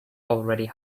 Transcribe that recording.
already